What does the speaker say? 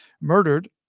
murdered